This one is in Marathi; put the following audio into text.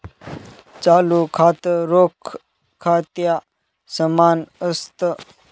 चालू खातं, रोख खात्या समान असत